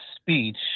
speech